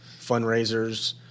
fundraisers